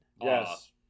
Yes